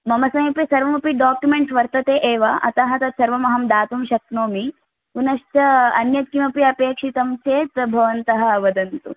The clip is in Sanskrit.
मम समीपे सर्वमपि डाक्युमेण्ट्स् वर्तते एव अतः तत् सर्वम् अहं दातुं शक्नोमि पुनश्च अन्यत् किमपि अपेक्षितं चेत् भवन्तः वदन्तु